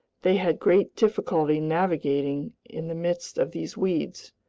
they had great difficulty navigating in the midst of these weeds,